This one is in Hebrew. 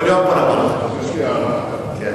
חבר הכנסת זחאלקה, אני